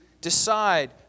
decide